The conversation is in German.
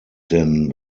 denn